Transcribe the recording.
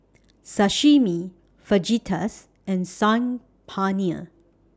Sashimi Fajitas and Saag Paneer